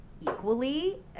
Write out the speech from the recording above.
equally